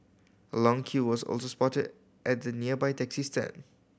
a long queue was also spotted at the nearby taxi stand